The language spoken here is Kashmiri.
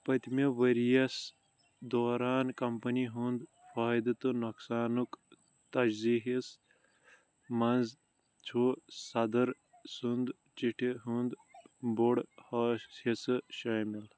پٔتمہِ ورۍ یَس دوران کمپٔنی ہُنٛد فٲیدٕ تہٕ نۄقصانُک تجزیہس منٛز چھُ َصَدٕر سنٛد چٹھہِ ہُنٛد بوٚڑ حصہٕ شٲمِل